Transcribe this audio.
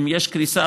אם יש קריסה,